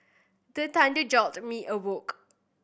the thunder jolt me awake